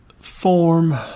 form